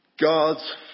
God's